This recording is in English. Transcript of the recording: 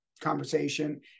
conversation